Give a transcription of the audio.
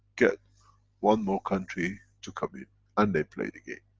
get one more country to come in and they play the game.